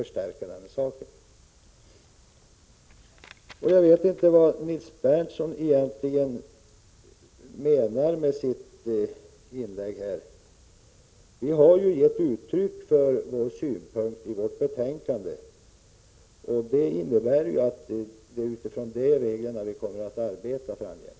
Jag vet egentligen inte vad Nils Berndtson menar med sitt inlägg. Vi har gett uttryck för vår syn i betänkandet, och det är utifrån denna vi kommer att arbeta framgent.